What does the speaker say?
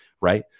Right